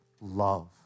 love